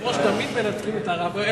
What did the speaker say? אדוני היושב-ראש, תמיד מנתקים את הרמקול.